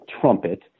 trumpet